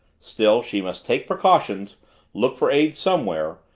still, she must take precautions look for aid somewhere.